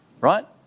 right